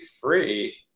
free